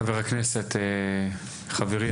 חבר הכנסת, חברי